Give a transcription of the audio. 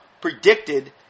predicted